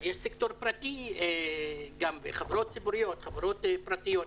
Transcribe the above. אבל יש סקטור פרטי, חברות ציבוריות, חברות פרטיות.